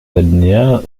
alinéas